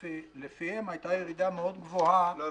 שלפיהם היתה ירידה מאוד גבוהה --- לא,